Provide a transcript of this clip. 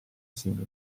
simile